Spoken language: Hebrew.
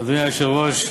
אדוני היושב-ראש,